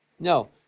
No